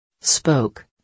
Spoke